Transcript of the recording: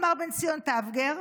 אמר בן ציון טבגר: